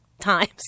Times